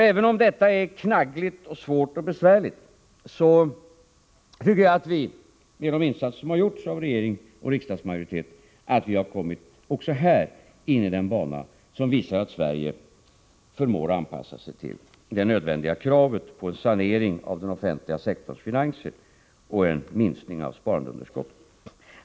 Även om detta är knaggligt, svårt och besvärligt tycker jag att vi, genom de insatser som har gjorts av regeringen och riksdagsmajoriteten, också här har kommit in på en sådan bana att det framgår att Sverige förmår anpassa sig till det nödvändiga kravet på en sanering av den offentliga sektorns finanser och en minskning av sparandeunderskottet.